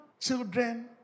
children